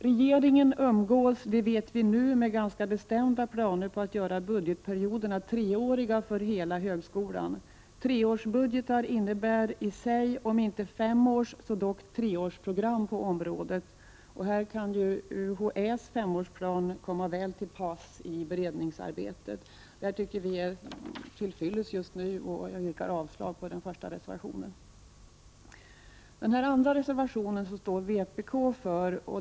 Vi vet nu att regeringen umgås med ganska bestämda planer på att göra budgetperioderna treåriga för hela högskolan. Treårsbudgetar innebär i sig om inte femårsså dock treårsprogram på området. Här kan ju UHÄ:s femårsplan komma väl till pass i beredningsarbetet. Detta tycker vi är till fyllest just nu och yrkar därför avslag på reservation nr 1. Reservation nr 2 står vpk bakom.